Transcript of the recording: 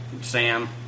Sam